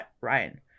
Ryan